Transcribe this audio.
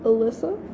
Alyssa